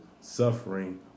suffering